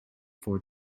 four